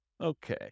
Okay